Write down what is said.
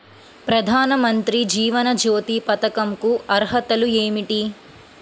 ప్రధాన మంత్రి జీవన జ్యోతి పథకంకు అర్హతలు ఏమిటి?